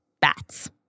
bats